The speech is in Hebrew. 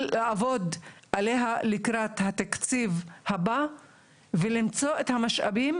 לעבוד עליה לקראת התקציב הבא ולמצוא את המשאבים